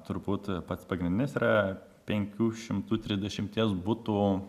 turbūt pats pagrindinis yra penkių šimtų trisdešimties butų